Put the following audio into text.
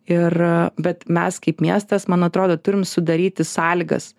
ir bet mes kaip miestas man atrodo turim sudaryti sąlygas